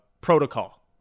protocol